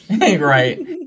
Right